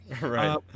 right